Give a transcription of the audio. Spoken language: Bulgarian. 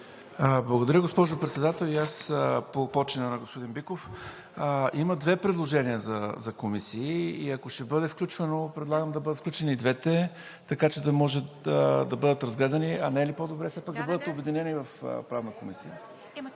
Благодаря. Госпожо Председател, и аз по почина на господин Биков. Има две предложения за комисии и ако ще бъде включвано, предлагам да бъдат включени и двете, така че да могат да бъдат разгледани. Не е ли все пак по-добре да бъдат обединени в Правна комисия?